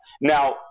Now